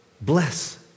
Bless